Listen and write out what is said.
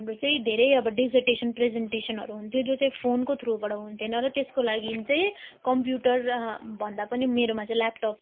हाम्रो चाहिँ धेरै अब डेजर्टेसन प्रेजेन्टेसनहरू हुन्थ्यो जो चाहिँ फोनको थ्रुबाट हुन्थेन र त्यसको लागि चाहिँ कम्प्युटर भन्दा पनि मेरोमा चाहिँ ल्यापटप